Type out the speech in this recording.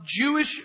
Jewish